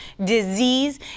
disease